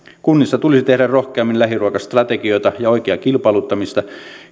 kunnissa tulisi tehdä rohkeammin lähiruokastrategioita ja oikeaa kilpailuttamista